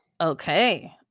okay